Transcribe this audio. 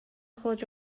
خود